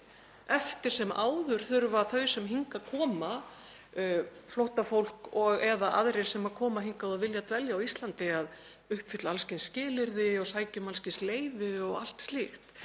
Eftir sem áður þurfa þau sem hingað koma, flóttafólk eða aðrir sem koma hingað og vilja dvelja á Íslandi, að uppfylla alls kyns skilyrði og sækja um alls kyns leyfi og allt slíkt.